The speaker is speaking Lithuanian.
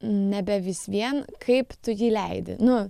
nebe vis vien kaip tu jį leidi nu